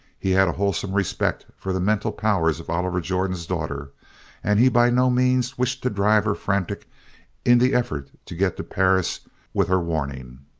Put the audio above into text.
he had a wholesome respect for the mental powers of oliver jordan's daughter and he by no means wished to drive her frantic in the effort to get to perris with her warning.